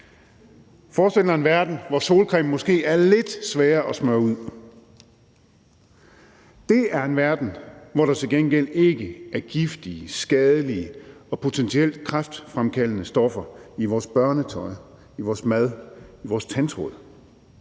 forestil dig en verden, hvor solcremen måske er lidt sværere at smøre ud. Det er en verden, hvor der til gengæld ikke er giftige, skadelige og potentielt kræftfremkaldende stoffer i vores børnetøj, i vores